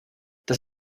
das